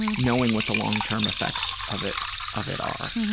and knowing what the long term effect of it of it are.